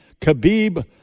Khabib